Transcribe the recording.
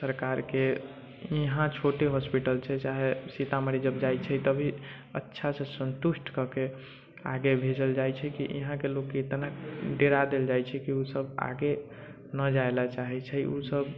सरकारके इहाँ छोटे हॉस्पिटल छै चाहे सीतामढ़ी जब जाइ छै तभी अच्छासँ सन्तुष्ट कऽ के आगे भेजल जाइ छै कि इहाँके लोककेँ इतना डरा देल जाइ छै कि ओसभ आगे ना जाय लेल चाहै छै ओसभ